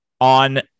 on